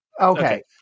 Okay